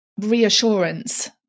reassurance